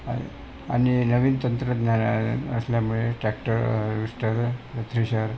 आणि आणि नवीन तंत्रज्ञान असल्यामुळे टॅक्टर हार्वेस्टर थ्रेशर